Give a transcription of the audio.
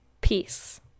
Peace